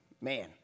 man